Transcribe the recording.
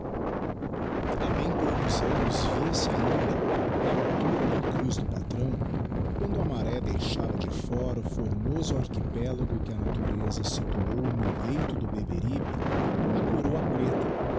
ha bem poucos annos via-se ainda na altura da cruz do patrão quando a maré deixava de fora o formoso archipelogo que a natureza situou no leito do beberibe a corôa preta